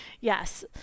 Yes